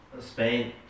Spain